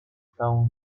całą